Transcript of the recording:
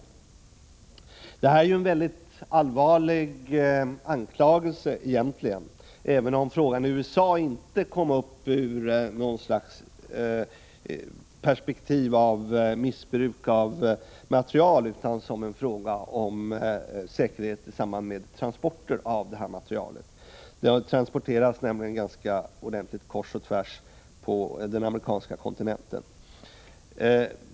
Detta är egentligen en mycket allvarlig anklagelse, även om frågan i USA inte kommit upp i ett perspektiv av något slags missbruk av material utan som ett säkerhetsproblem i samband med transporter av detta material. Materialet transporteras nämligen kors och tvärs på den amerikanska kontinenten.